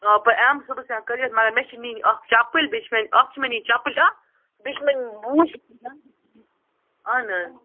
آ بہٕ یِمہٕ صُبحس یا کٲلِکیتھ مگر مےٚ چھِ نِنۍ اَکھ چیٚپٕلۍ بیٚیہِ چھِ اَکھ چھِ مےٚ نِنۍ چیٚپٕلۍ اَکھ بیٚیہِ چھِ مےٚ بوٗٹھ اَہَن حظ